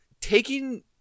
taking